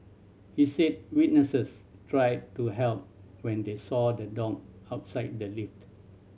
he said witnesses tried to help when they saw the dog outside the lift